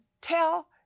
tell